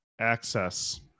access